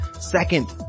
Second